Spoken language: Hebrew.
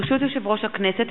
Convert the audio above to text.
ברשות יושב-ראש הכנסת,